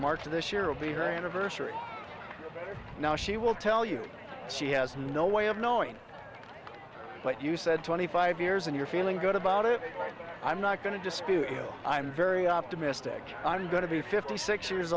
march of this year will be her anniversary now she will tell you she has no way of knowing but you said twenty five years and you're feeling good about it i'm not going to dispute you i'm very optimistic i'm going to be fifty six years